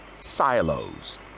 silos